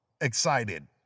excited